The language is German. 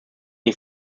ich